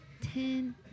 Ten